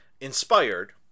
inspired